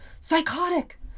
psychotic